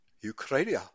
Ukraine